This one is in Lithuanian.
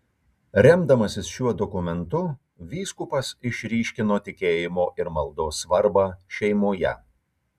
remdamasis šiuo dokumentu vyskupas išryškino tikėjimo ir maldos svarbą šeimoje